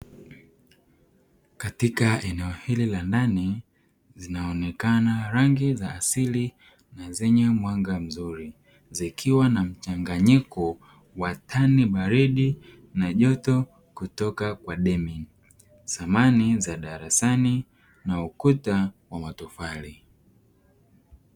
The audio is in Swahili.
Katika eneo hili la ndani zinaonekana rangi za asili na zenye mwanga mzuri, zikiwa na mchanganyiko wa tani baridi na joto kutoka kwa demi, samani za darasani na ukuta wa matofali.